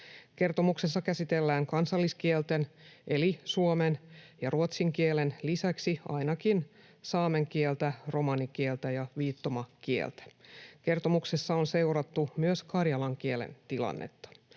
Kertomuksessa käsitellään kansalliskielten eli suomen ja ruotsin kielen lisäksi ainakin saamen kieltä, romanikieltä ja viittomakieltä. Kertomuksessa on seurattu myös karjalan kielen tilannetta.